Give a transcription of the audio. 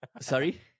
Sorry